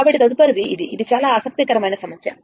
కాబట్టి తదుపరిది ఇది ఇది చాలా ఆసక్తికరమైన సమస్య